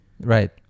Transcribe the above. Right